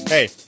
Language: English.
Hey